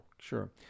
sure